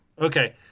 Okay